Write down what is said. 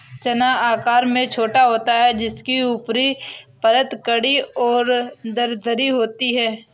चना आकार में छोटा होता है जिसकी ऊपरी परत कड़ी और दरदरी होती है